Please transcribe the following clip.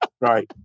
Right